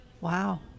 Wow